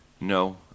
no